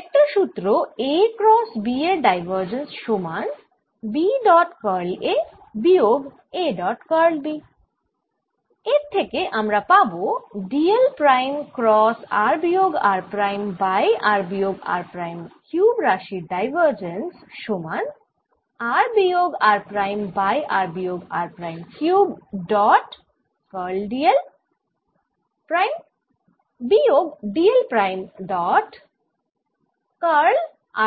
vector সুত্র A cross B এর divergence সমান B ডট কার্ল A বিয়োগ A ডট কার্ল B থেকে আমরা পাবো d l prime cross r বিয়োগ r প্রাইম বাই r বিয়োগ r প্রাইম কিউব রাশির ডাইভার্জেন্স সমান r বিয়োগ r প্রাইম বাই r বিয়োগ r prime cube dot curl d l prime বিয়োগ d l prime dot curl